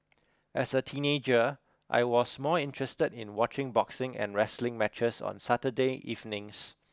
as a teenager I was more interested in watching boxing and wrestling matches on Saturday evenings